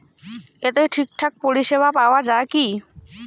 এতে ঠিকঠাক পরিষেবা পাওয়া য়ায় কি?